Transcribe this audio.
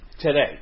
Today